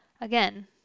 again